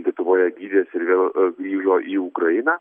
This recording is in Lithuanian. lietuvoje gydėsi ir vėl grįžo į ukrainą